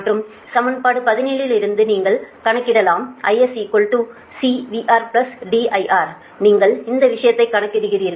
மற்றும் சமன்பாடு 17 இலிருந்து நீங்கள் கணக்கிடலாம் IS C VRDIR நீங்கள் இந்த விஷயத்தை கணக்கிடுகிறீர்கள்